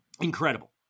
incredible